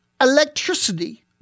electricity